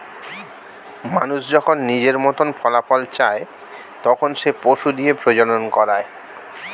মানুষ যখন নিজের মতন ফলাফল চায়, তখন সে পশু দিয়ে প্রজনন করায়